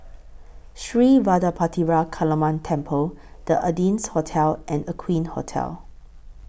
Sri Vadapathira Kaliamman Temple The Ardennes Hotel and Aqueen Hotel